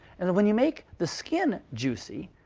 and when you make the skin juicy,